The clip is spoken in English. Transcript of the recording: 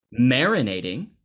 marinating